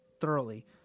thoroughly